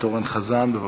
חבר הכנסת אורן חזן, בבקשה.